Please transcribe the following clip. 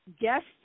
guest